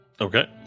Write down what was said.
Okay